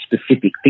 specific